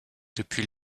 depuis